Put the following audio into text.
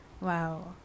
Wow